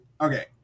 okay